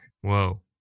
Whoa